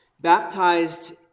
baptized